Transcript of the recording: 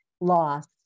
loss